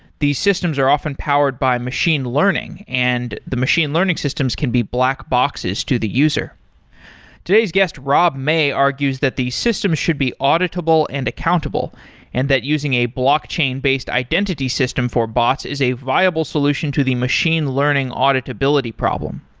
these systems are often powered by machine learning and the machine learning systems can be black boxes to the user today's guest, rob may argues that the system should be auditable and accountable and that using a blockchain-based identity system for bots is a viable solution to the machine learning auditability problem.